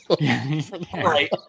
right